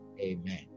amen